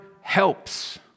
helps